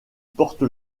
porte